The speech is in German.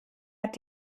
hat